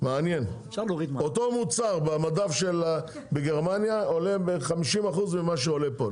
מעניין .אותו מוצר במדף בגרמניה עולה ב-50% ממה שעולה פה.